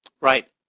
Right